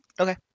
Okay